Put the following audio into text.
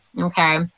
okay